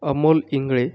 Amol Ingale